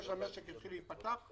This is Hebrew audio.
ברגע שהמשק יתחיל להיפתח,